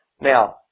Now